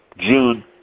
June